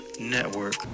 network